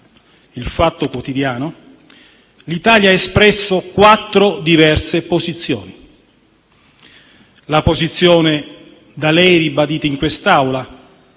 «il Fatto Quotidiano», l'Italia ha espresso quattro diverse posizioni. La prima posizione è quella da lei ribadita in quest'Aula,